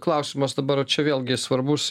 klausimas dabar čia vėlgi svarbus